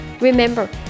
Remember